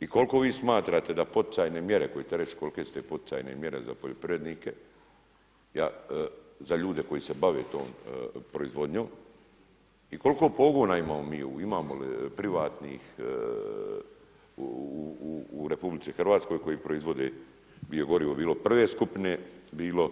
I koliko vi smatrate da poticajne mjere, ... kolike su te poticajne mjere za poljoprivrednike, za ljude koji se bave tom proizvodnjom i koliko pogona imamo mi, imamo li privatnih u RH koji proizvode biogorivo, bilo prve skupine, bilo